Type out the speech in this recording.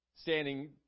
standing